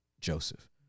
Joseph